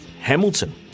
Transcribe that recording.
Hamilton